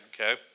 okay